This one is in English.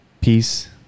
peace